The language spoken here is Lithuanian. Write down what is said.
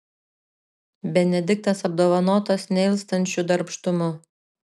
benediktas apdovanotas neilstančiu darbštumu